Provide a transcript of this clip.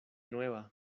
nueva